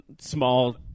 small